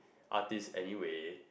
artists anyway